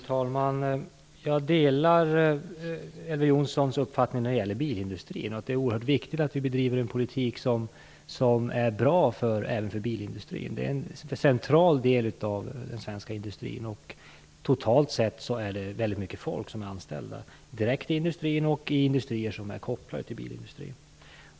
Fru talman! Jag delar Elver Jonssons uppfattning när det gäller bilindustrin, att det är oerhört viktigt att vi bedriver en politik som är bra även för bilindustrin. Det är en central del av svensk industri. Totalt sett är det väldigt många människor som är anställda inom den, direkt i industrin och i industrier som är kopplade till bilindustrin.